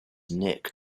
nick